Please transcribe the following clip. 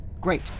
Great